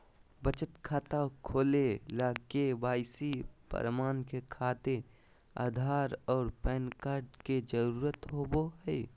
बचत खाता खोले ला के.वाइ.सी प्रमाण के खातिर आधार आ पैन कार्ड के जरुरत होबो हइ